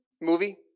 movie